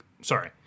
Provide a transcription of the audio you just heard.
Sorry